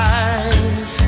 eyes